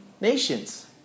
nations